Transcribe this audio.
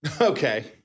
Okay